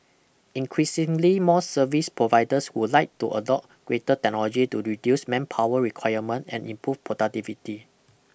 increasingly more service providers would like to adopt greater technology to reduce manpower requirement and improve productivity